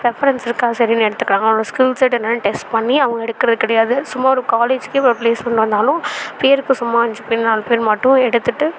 reference இருக்கா சரின்னு எடுத்துக்கிறாங்க அவங்க ஸ்கில்ஸ் செட் என்ன டெஸ்ட் பண்ணி அவங்கள எடுக்கிறது கிடையாது சும்மா ஒரு காலேஜ்கே இப்போ ஃபிளேஸ்மெண்டாக இருந்தாலும் பேருக்கு சும்மா அஞ்சு பேர் நாலு பேர் மட்டும் எடுத்துட்டு